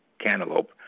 cantaloupe